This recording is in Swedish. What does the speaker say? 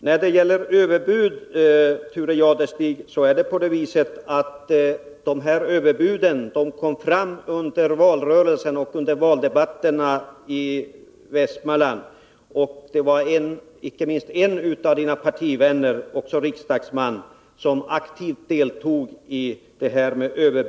När det gäller överbuden, Thure Jadestig, kom de fram under valrörelsen och under valdebatterna i Västmanland. Det var icke minst en av Thure Jadestigs partivänner — även han riksdagsman — som aktivt deltog i överbudsgivningen.